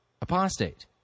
apostate